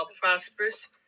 prosperous